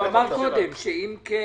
הוא אמר קודם שאם כן